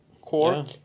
cork